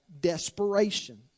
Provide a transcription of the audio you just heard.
desperation